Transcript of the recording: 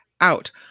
out